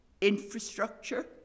infrastructure